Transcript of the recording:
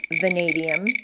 vanadium